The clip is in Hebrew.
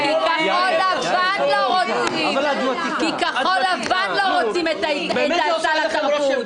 כי כחול לבן לא רוצים את סל התרבות.